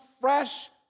fresh